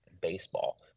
baseball